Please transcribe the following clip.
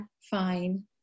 fine